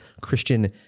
Christian